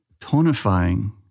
tonifying